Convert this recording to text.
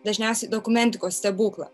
dažniausiai dokumentikos stebuklą